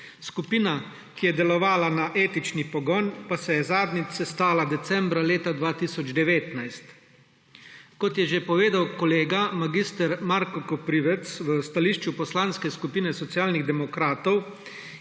skupina, ki je delovala na etični pogon pa se je zadnjič sestala leta 2019. Kot je že povedal kolega mag. Marko Koprivc v stališču Poslanske skupine Socialnih demokratov,